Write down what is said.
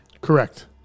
Correct